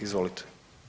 Izvolite.